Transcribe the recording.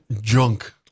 junk